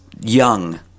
young